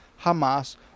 Hamas